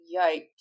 Yikes